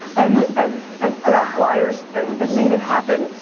and and and put out flyers and and made it happen.